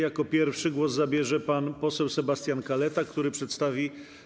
Jako pierwszy głos zabierze pan poseł Sebastian Kaleta, który przedstawi.